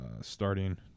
starting